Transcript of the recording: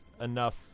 enough